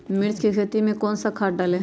मिर्च की खेती में कौन सा खाद डालें?